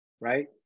Right